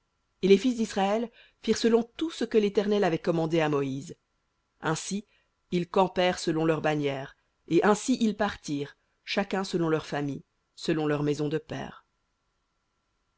et les fils d'israël firent selon tout ce que l'éternel avait commandé à moïse ainsi ils campèrent selon leurs bannières et ainsi ils partirent chacun selon leurs familles selon leurs maisons de pères